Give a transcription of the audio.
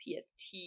PST